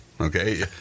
Okay